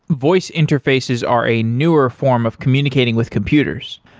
voice interfaces are a newer form of communicating with computers.